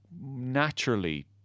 naturally